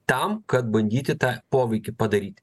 tam kad bandyti tą poveikį padaryti